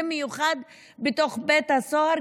במיוחד בתוך בית הסוהר,